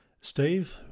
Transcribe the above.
Steve